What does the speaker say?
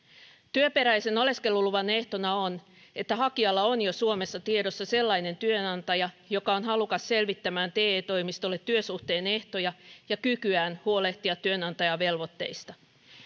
työperäisen oleskeluluvan ehtona on että hakijalla on jo suomessa tiedossa sellainen työnantaja joka on halukas selvittämään te toimistolle työsuhteen ehtoja ja kykyään huolehtia työnantajan velvoitteista